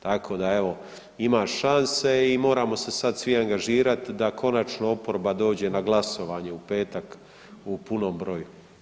Tako da evo ima šanse i moramo se sad svi angažirati da konačno oporba dođe na glasovanje u petak u punom broju.